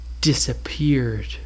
disappeared